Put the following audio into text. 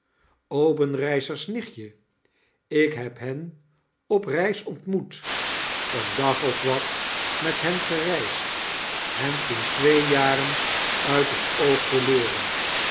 obenreizer's nichtje ik heb hen op reis ontmoet een dag of wat met hen gereisd hen toen twee jaren uit het oog verloren